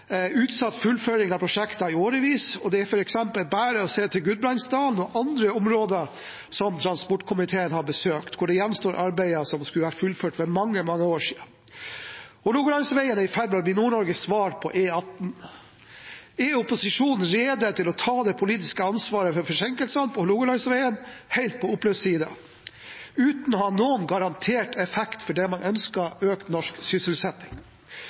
utsatt fullføring av prosjekter i årevis. Det er f.eks. bare å se til Gudbrandsdalen og andre områder som transportkomiteen har besøkt, og hvor det gjenstår arbeider som skulle vært fullført for mange, mange år siden. Hålogalandsvegen er i ferd med å bli Nord-Norges svar på E18. Er opposisjonen rede til å ta det politiske ansvaret for forsinkelsene på Hålogalandsvegen helt på oppløpssiden, uten å ha noen garantert effekt for det man ønsker: økt norsk sysselsetting?